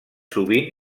sovint